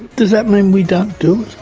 does that mean we don't do it?